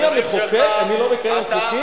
אני המחוקק, אני לא מקיים חוקים?